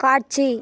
காட்சி